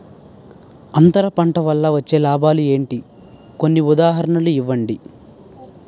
అంతర పంట వల్ల వచ్చే లాభాలు ఏంటి? కొన్ని ఉదాహరణలు ఇవ్వండి?